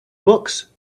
books